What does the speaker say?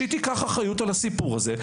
שהיא תיקח אחריות על הסיפור הזה.